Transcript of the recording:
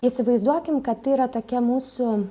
įsivaizduokim kad tai yra tokia mūsų